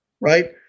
right